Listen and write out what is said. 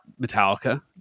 Metallica